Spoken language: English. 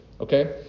okay